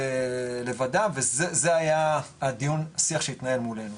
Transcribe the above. לבדה וזה היה הדיון השיח שהתנהל מולנו.